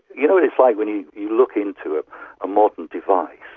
you know what it's like when you look into a modern device,